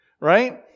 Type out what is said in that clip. right